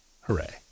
Hooray